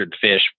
fish